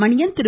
Maniyan Thiru